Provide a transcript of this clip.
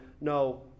no